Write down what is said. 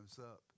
up